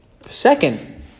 Second